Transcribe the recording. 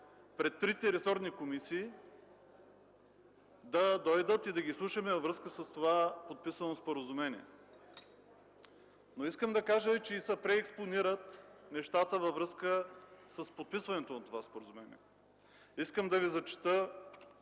пред трите ресорни комисии и да ги изслушаме във връзка с това подписано споразумение. Но искам да кажа, че се преекспонират нещата по подписването на това споразумение. Ще ви зачета